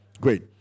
Great